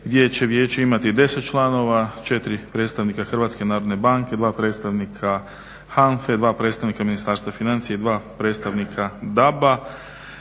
gdje će vijeće imati 10 članova, 4 predstavnika HNB-a, 2 predstavnika HANFA-e, 2 predstavnika Ministarstva financija, 2 predstavnika DAB-a